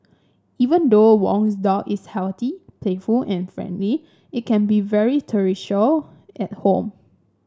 even though Wong's dog is healthy playful and friendly it can be very at home